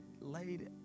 laid